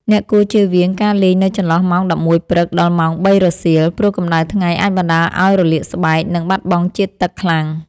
អ្នកគួរជៀសវាងការលេងនៅចន្លោះម៉ោង ១១ ព្រឹក ដល់ម៉ោង ៣ រសៀល ព្រោះកម្ដៅថ្ងៃអាចបណ្ដាលឱ្យរលាកស្បែក និងបាត់បង់ជាតិទឹកខ្លាំង។